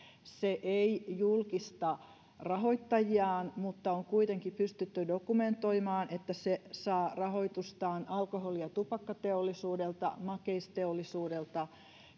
se ei julkista rahoittajiaan mutta on kuitenkin pystytty dokumentoimaan että se saa rahoitustaan alkoholi ja tupakkateollisuudelta makeisteollisuudelta